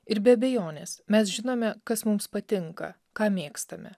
ir be abejonės mes žinome kas mums patinka ką mėgstame